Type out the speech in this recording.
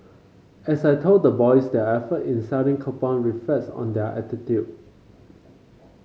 as I told the boys their effort in selling coupon reflects on their attitude